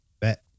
Bet